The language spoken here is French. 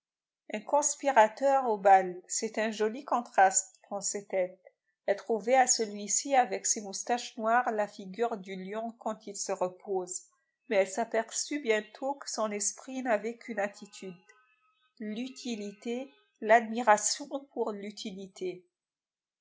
conspirateur au bal c'est un joli contraste pensait-elle elle trouvait à celui-ci avec ses moustaches noires la figure du lion quand il se repose mais elle s'aperçut bientôt que son esprit n'avait qu'une attitude l'utilité l'admiration pour l'utilité